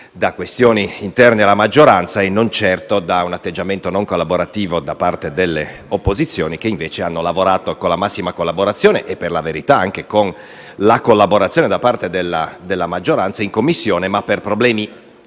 da questioni interne alla maggioranza e non certo da un atteggiamento non collaborativo da parte delle opposizioni, che invece hanno lavorato con la massima collaborazione. Per la verità, hanno lavorato anche con la collaborazione da parte della maggioranza in Commissione. Tuttavia, per problemi